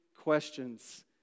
questions